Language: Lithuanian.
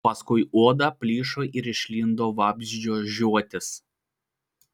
paskui oda plyšo ir išlindo vabzdžio žiotys